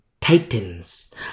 Titans